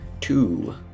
Two